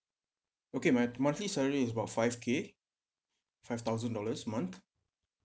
okay my monthly salary is about five K five thousand dollars a month